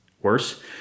worse